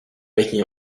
making